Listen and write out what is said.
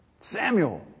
Samuel